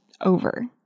over